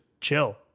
chill